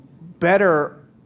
better